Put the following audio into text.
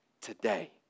today